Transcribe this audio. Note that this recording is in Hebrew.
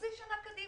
חצי שנה קדימה.